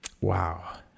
Wow